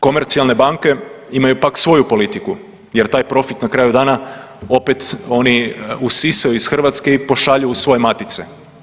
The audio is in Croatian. Komercijalne banke imaju pak svoju politiku jer taj profit na kraju dana opet oni usisaju iz Hrvatske i pošalju u svoje matice.